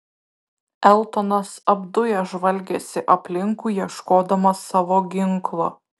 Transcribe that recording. eltonas apdujęs žvalgėsi aplinkui ieškodamas savo ginklo